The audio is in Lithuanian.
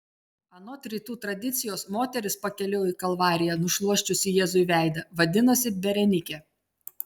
anot rytų tradicijos moteris pakeliui į kalvariją nušluosčiusi jėzui veidą vadinosi berenikė